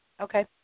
Okay